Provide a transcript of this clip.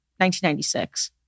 1996